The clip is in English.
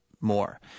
more